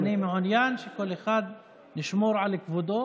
בהחלט, אני מעוניין שכל אחד ישמור על כבודו